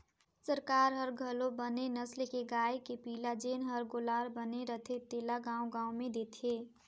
सरकार हर घलो बने नसल के गाय के पिला जेन हर गोल्लर बने रथे तेला गाँव गाँव में देथे